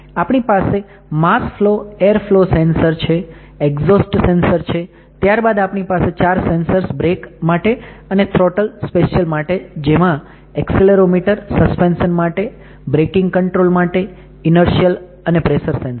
આપણી પાસે mass flow air flow sensors છે એક્ઝોસ્ટ સેન્સર્સ છે ત્યાર બાદ આપણી પાસે ચાર સેન્સર્સ બ્રેક માટે અને થ્રોટલ સ્પેસીયલ માટે જેમાં એક્સેલેરોમીટર સસ્પેન્શન માટે બ્રેકિંગ કંટ્રોલ માટે ઇનર્શીયલ અને પ્રેસર સેન્સર